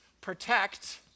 protect